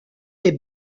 des